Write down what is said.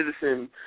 citizen